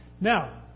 Now